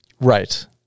Right